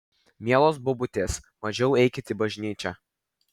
mielos bobutės mažiau eikit į bažnyčią